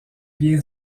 bien